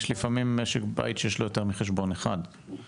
יש לפעמים משק בית שיש לו יותר מחשבון אחד,